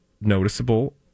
noticeable